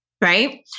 right